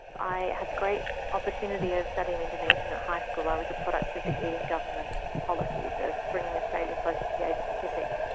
i had the great opportunity of studying indonesian at high school, i was a product of the keating government policies of bringing australia close to the the asia pacific,